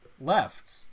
Left